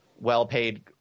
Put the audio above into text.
well-paid